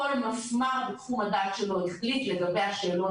כל מפמ"ר בתחום הדעת שלו החליט לגבי השאלון